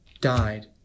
died